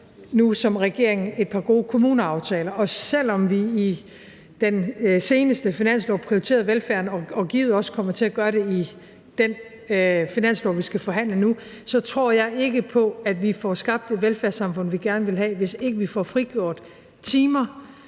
nu som regering har lavet et par gode kommuneaftaler, og selv om vi i den seneste finanslov prioriterede velfærden og givetvis også kommer til at gøre det i den finanslov, vi skal forhandle nu, så tror jeg ikke på, at vi får skabt det velfærdssamfund, vi gerne vil have, hvis ikke vi får frigjort timer